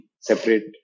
Separate